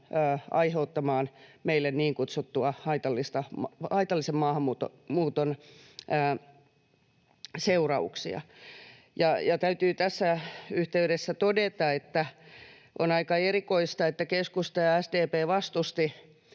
aiheuttamaan meille niin kutsuttua haitallisen maahanmuuton seurauksia. Ja täytyy tässä yhteydessä todeta, että on aika erikoista, että keskusta ja SDP vastustivat